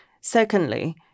Secondly